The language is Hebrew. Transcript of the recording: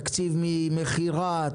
תקציב ממכירה,